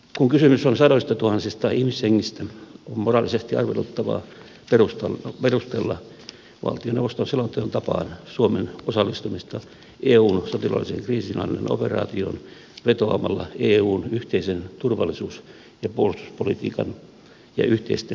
kun kysymys on sadoistatuhansista ihmishengistä on moraalisesti arveluttavaa perustella valtioneuvoston selonteon tapaan suomen osallistumista eun sotilaallisen kriisinhallinnan operaatioon vetoamalla eun yhteisen turvallisuus ja puolustuspolitiikan ja yhteisten sotilaallisten suorituskykyjen kehittämiseen